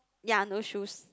ya no shoes